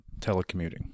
telecommuting